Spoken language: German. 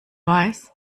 weiß